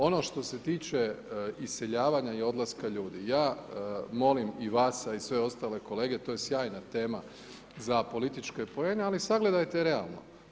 Ono što se tiče iseljavanja i odlaska ljudi, ja molim i vas, a i sve ostale kolege, to je sjajna tema za političke poene, ali sagledajte realno.